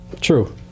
True